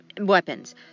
weapons